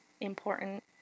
important